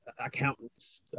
accountants